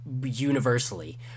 universally